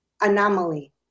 Anomaly